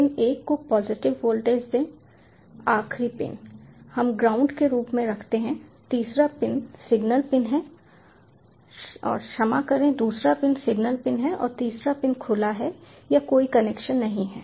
pin एक को positive voltage दें आखिरी पिन हम ग्राउंड के रूप में रखते हैं तीसरा पिन सिग्नल पिन है और क्षमा करें दूसरा पिन सिग्नल पिन है और तीसरा पिन खुला है या कोई कनेक्शन नहीं है